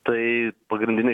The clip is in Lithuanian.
tai pagrindinė